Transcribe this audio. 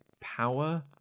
power